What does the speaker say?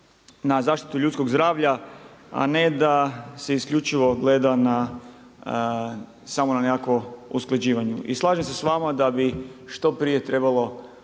na zaštitu ljudskog zdravlja, a ne da se isključivo gleda na samo na nekakvo usklađivanje. I slažem se s vama da bi što prije trebalo